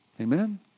Amen